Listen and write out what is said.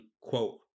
quote